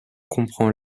comprend